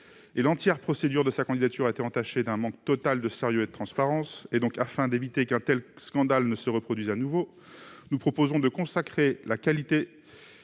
Toute la procédure de sa candidature a été entachée d'un manque total de sérieux et de transparence. Afin d'éviter qu'un tel scandale ne se reproduise, nous proposons de consacrer la qualité